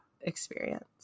experience